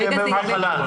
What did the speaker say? יש ימי מחלה.